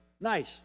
Nice